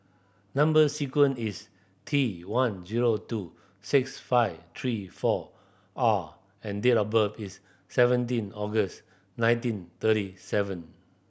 number sequence is T one zero two six five three four R and date of birth is seventeen August nineteen thirty seven